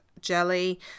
jelly